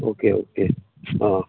okay okay ah